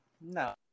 no